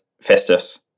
Festus